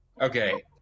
Okay